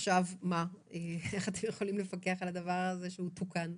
איך אתם יכולים לפקח על הדבר הזה שהוא קטן?